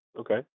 Okay